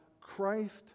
Christ